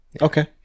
Okay